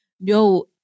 No